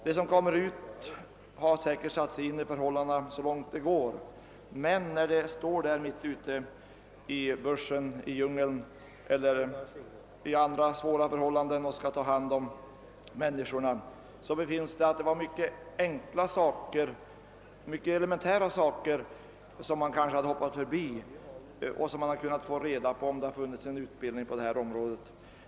De som reser ut har säkert satt sig in i förhållandena så långt det går, men när de står mitt i bushen eller djungeln eller i andra svåra förhållanden och skall ta hand om människorna befinns det att mycket enkla elementära saker kanske har förbigåtts. Dem hade de kunnat få reda på om det hade funnits en utbildning på detta område.